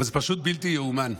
אבל זה פשוט בלתי ייאמן.